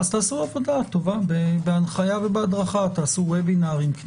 אז תעשו עבודה טובה בהדרכה ובהנחיה, כנסים.